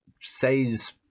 says